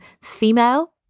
female